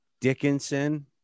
Dickinson